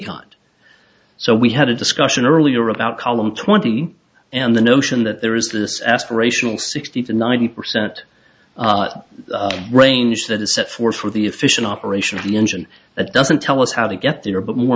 kind so we had a discussion earlier about column twenty and the notion that there is this aspirational sixty to ninety percent range that is set forth for the efficient operation of the engine that doesn't tell us how to get there but more